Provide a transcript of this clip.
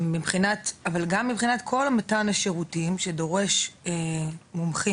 אבל גם מבחינת כל מתן השירותים שדורש מומחים